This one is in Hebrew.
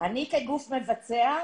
אני, כגוף מבצע,